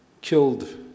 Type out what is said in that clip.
killed